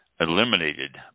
eliminated